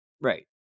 Right